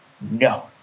no